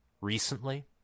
recently